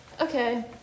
Okay